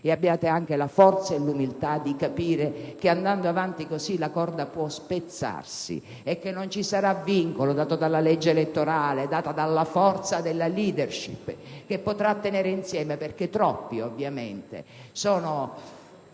Paese ed anche la forza e l'umiltà di capire che, andando avanti così, la corda può spezzarsi e che non ci sarà vincolo dato dalla legge elettorale, dalla forza della *leadership* che potrà tenerla insieme, perché troppe sono